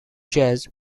jazz